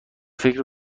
فکر